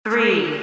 Three